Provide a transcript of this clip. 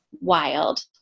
wild